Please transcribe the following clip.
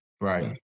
Right